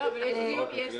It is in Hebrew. מה, יש נפט בהרצליה?